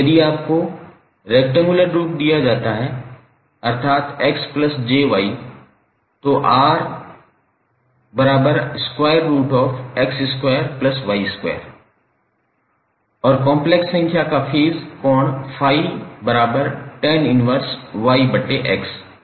यदि आपको रेक्टेंगुलर रूप दिया जाता है अर्थात 𝑥𝑗𝑦 तो 𝑟√𝑥2𝑦2 और कॉम्प्लेक्स संख्या का फेज कोण ∅tan−1𝑦𝑥 होगा